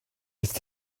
ist